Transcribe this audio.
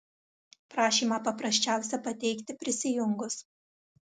prašymą paprasčiausia pateikti prisijungus